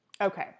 Okay